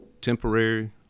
temporary